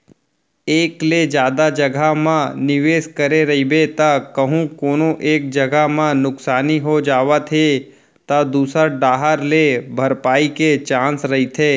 एक ले जादा जघा म निवेस करे रहिबे त कहूँ कोनो एक जगा म नुकसानी हो जावत हे त दूसर डाहर ले भरपाई के चांस रहिथे